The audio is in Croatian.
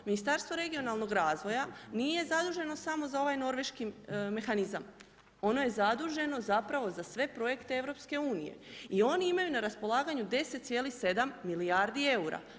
Ministarstvo regionalnog razvoja nije zaduženo samo za ovaj norveški mehanizam, ono je zaduženo zapravo za sve projekte EU-a. i oni imaju na raspolaganju 10,7 milijardi eura.